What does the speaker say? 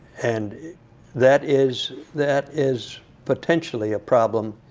and that is that is potentially a problem